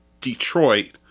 Detroit